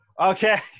okay